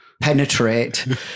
penetrate